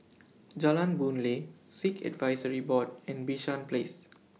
Jalan Boon Lay Sikh Advisory Board and Bishan Place